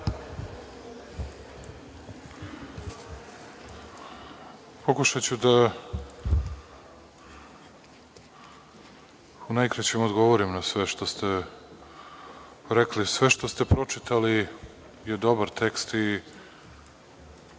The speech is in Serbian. Pokušaću da u najkraćem odgovorim na sve što ste rekli. Sve što ste pročitali je dobar tekst i